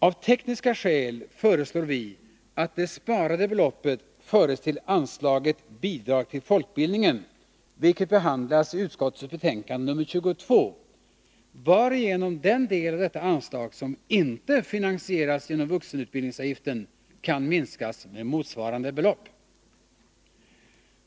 Av tekniska skäl föreslår vi att det sparade beloppet föres till anslaget Bidrag till folkbildningen, vilket behandlas i utskottets betänkande nr 22, varigenom den del av detta anslag som inte finansieras genom vuxenutbildningsavgiften kan minskas med motsvarande belopp.